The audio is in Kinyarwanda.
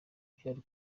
byari